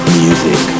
music